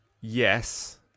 yes